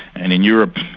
and in europe,